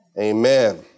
Amen